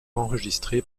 enregistrés